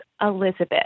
Elizabeth